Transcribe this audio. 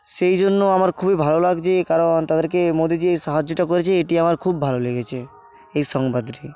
সেই জন্য আমার খুবই ভালো লাগছে কারণ তাদেরকে মোদি যে এই সাহায্যটা করেছে এটি আমার খুব ভালো লেগেছে এই সংবাদটি